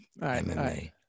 MMA